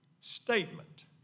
statement